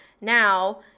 now